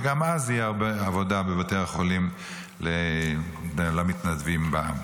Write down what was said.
וגם אז תהיה הרבה עבודה בבתי החולים למתנדבים בעם.